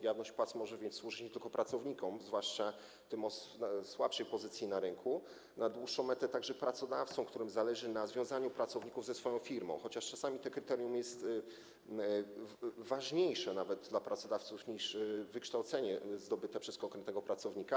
Jawność płacy może więc służyć nie tylko pracownikom, zwłaszcza tym o słabszej pozycji na rynku, na dłuższą metę także pracodawcom, którym zależy na związaniu pracowników ze swoją firmą - czasami to kryterium jest ważniejsze nawet dla pracodawców niż wykształcenie zdobyte przez konkretnego pracownika.